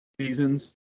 seasons